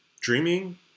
Dreaming